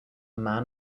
man